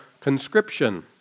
conscription